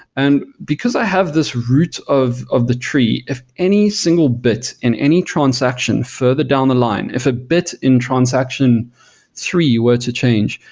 and because i have this root of of the tree, if any single bit in any transaction further down the line, if a bit in transaction three were to change,